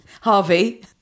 Harvey